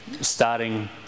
starting